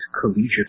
collegiate